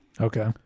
Okay